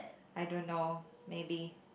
I don't know maybe